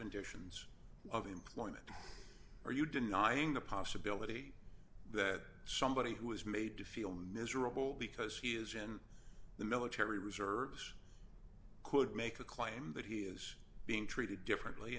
conditions of employment are you denying the possibility that somebody who is made to feel miserable because he is in the military reserves could make the claim that he is being treated differently